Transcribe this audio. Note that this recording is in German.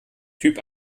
typ